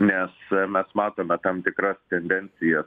nes mes matome tam tikras tendencijas